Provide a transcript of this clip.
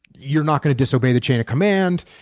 you're not going to disobey the chain of command.